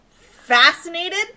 fascinated